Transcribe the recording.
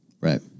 Right